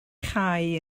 chau